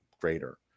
greater